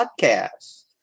Podcast